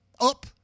up